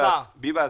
ביבס,